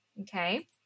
Okay